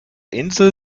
insel